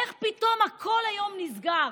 איך פתאום הכול היום נסגר?